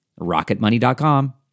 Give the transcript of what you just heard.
Rocketmoney.com